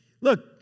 look